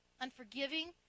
unforgiving